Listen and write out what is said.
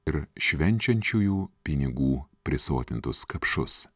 ir švenčiančiųjų pinigų prisotintus kapšus